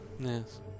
Yes